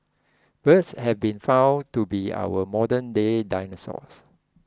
birds have been found to be our modern day dinosaurs